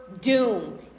doom